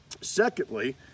Secondly